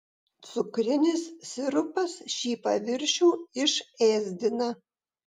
cukrinis sirupas šį paviršių išėsdina